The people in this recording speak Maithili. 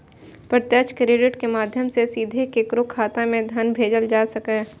प्रत्यक्ष क्रेडिट के माध्यम सं सीधे केकरो खाता मे धन भेजल जा सकैए